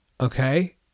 okay